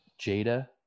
Jada